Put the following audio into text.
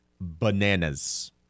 bananas